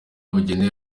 bugenewe